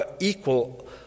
equal